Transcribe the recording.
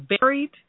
buried